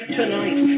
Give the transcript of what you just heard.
tonight